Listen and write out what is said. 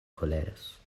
koleros